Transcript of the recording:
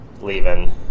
leaving